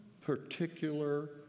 particular